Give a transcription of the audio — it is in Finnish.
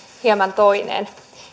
hieman toinen